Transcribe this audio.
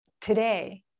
Today